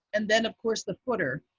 and then, of course, the footer.